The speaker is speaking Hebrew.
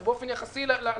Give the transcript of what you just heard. הרי באופן יחסי למס'